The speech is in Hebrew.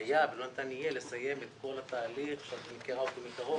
היה ולא ניתן יהיה לסיים את כל התהליך שאת מכירה אותו מקרוב.